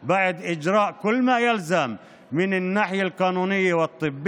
לאחר קיום כל הפעולות הנחוצות מהצד החוקי והרפואי,